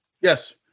Yes